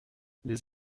les